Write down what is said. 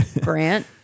Grant